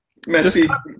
Messi